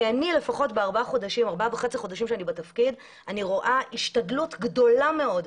כי בארבעה וחצי חודשים שאני בתפקיד אני רואה השתדלות גדולה מאוד,